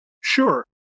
Sure